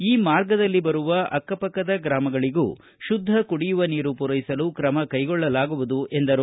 ಈ ಮಾರ್ಗದಲ್ಲಿ ಬರುವ ಅಕ್ಕಪಕ್ಕದ ಗ್ರಾಮಗಳಗೂ ಶುದ್ಧ ಕುಡಿಯುವ ನೀರನ್ನು ಪೂರೈಸಲು ಕ್ರಮ ಕೈಗೊಳ್ಳಲಾಗುವುದು ಎಂದರು